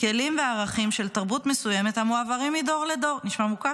כלים וערכים של תרבות מסוימת המועברים מדור לדור" נשמע מוכר?